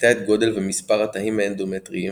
מפחיתה את גודל ומספר התאים האנדומטריים